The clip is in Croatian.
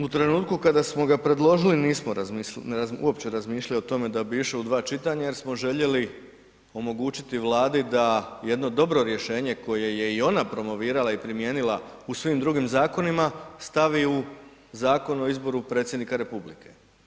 U trenutku kada smo ga predložili nismo uopće razmišljali o tome da bi išao u dva čitanja jer smo željeli omogućiti Vladi da jedno dobro rješenje koje je i ona promovirala i primijenila u svim drugim zakonima stavi u Zakon o izboru predsjednika republike.